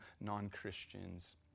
non-Christians